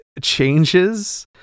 changes